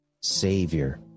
Savior